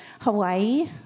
Hawaii